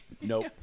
Nope